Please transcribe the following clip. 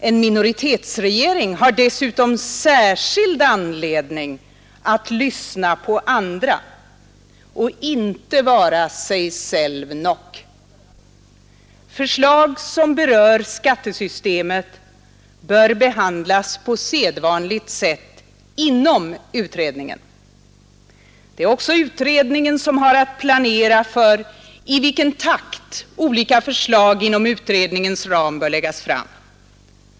En minoritetsregering har dessutom särskild anledning att lyssna på andra och inte vara sig selv nok. Förslag som berör skattesystemet bör behandlas på sedvanligt sätt inom utredningen. Det är också utredningen som har att planera för i vilken takt olika förslag inom utredningens ram bör läggas fram.